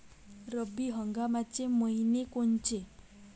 रब्बी हंगामाचे मइने कोनचे?